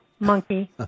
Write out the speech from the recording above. Monkey